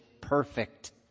perfect